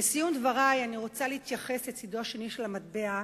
לסיום דברי אני רוצה להתייחס לצדו השני של המטבע,